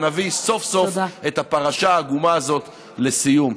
ונביא סוף-סוף את הפרשה העגומה הזאת לסיום.